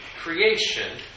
creation